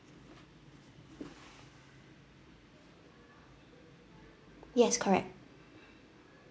yes correct